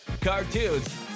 cartoons